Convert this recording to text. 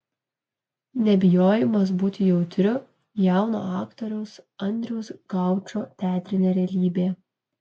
nebijojimas būti jautriu jauno aktoriaus andriaus gaučo teatrinė realybė